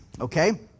Okay